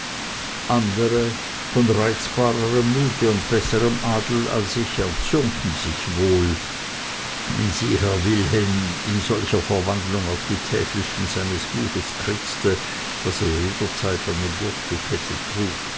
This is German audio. andere von reizbarerem blute und besserem adel als ich erzürnten sich wohl wenn sie herr wilhelm in solcher verwandlung auf die täfelchen seines buches kritzte das er jederzeit an den gurt gekettelt trug